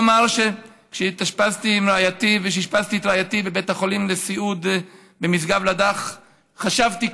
אני יכול לומר כשאשפזתי את רעייתי בבית החולים לסיעוד במשגב לדך חשבתי,